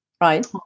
Right